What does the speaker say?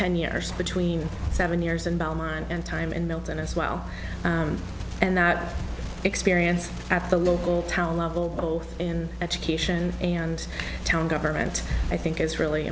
ten years between seven years and belmont and time in milton as well and that experience at the local town level and education and town government i think is really